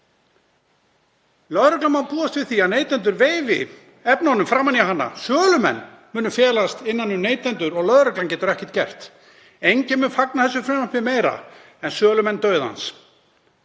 Lögreglan má búast við því að neytendur veifi efnunum framan í hana. Sölumenn munu leynast innan um neytendur og lögreglan getur ekkert gert. Enginn mun fagna þessu frumvarpi meira en sölumenn dauðans.